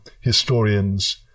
historians